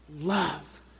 love